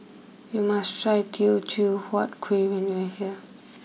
you must try Teo Chew Huat Kuih when you are here